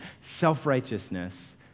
self-righteousness